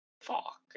Fuck